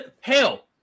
Hell